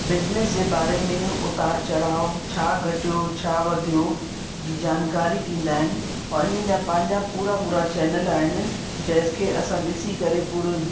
business जे बारे में उतार चढ़ाव छा घटियो छा वधियो जी जानकारी ॾींदा आहिनि और इन्हनि जा पंहिंजा पूरा पूरा चैनल आहिनि जंहिं खे असां ॾिसी करे पूरो